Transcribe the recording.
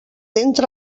entra